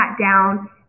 down